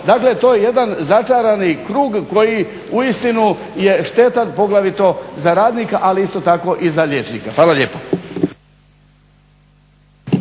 Dakle to je jedan začarani krug koji uistinu je štetan poglavito za radnika ali isto tako i za liječnika. Hvala lijepo.